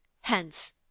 Hence